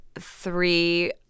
three